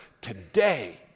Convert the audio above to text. today